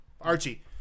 Archie